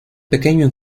pequeño